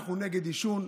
אנחנו נגד עישון,